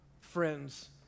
friends